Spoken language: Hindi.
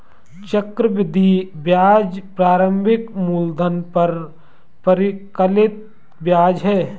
चक्रवृद्धि ब्याज प्रारंभिक मूलधन पर परिकलित ब्याज है